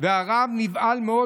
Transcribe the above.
אנחנו ניגשים לנושא הבא,